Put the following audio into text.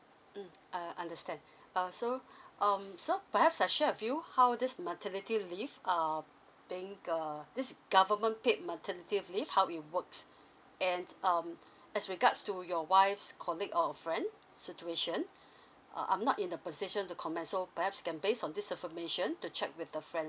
mm err understand err so um so perhaps I share with you how this maternity leave uh being uh this government paid maternity leave how it works and um as regards to your wife's colleague or a friend situation uh I'm not in the position to comment so perhaps can based on this information to check with the friend